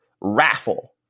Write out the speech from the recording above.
raffle